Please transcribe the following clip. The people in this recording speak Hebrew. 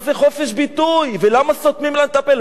מה זה חופש ביטוי ולמה סותמים להם את הפה.